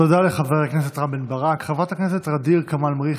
תודה לחבר הכנסת רם בן ברק.